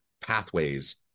pathways